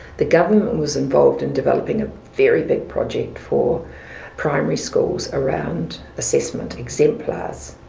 the government was involved in developing a very big project for primary schools around assessment exemplars.